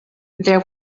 there